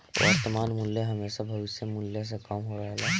वर्तमान मूल्य हेमशा भविष्य मूल्य से कम रहेला